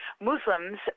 Muslims